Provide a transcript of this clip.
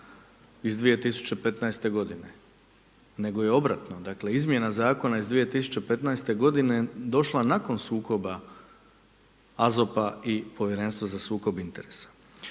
iz 2015. godine nego je obratno. Dakle izmjena zakona iz 2015. godine je došla nakon sukoba AZOP-a i Povjerenstvo za sukob interesa.